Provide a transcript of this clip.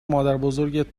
مادربزرگت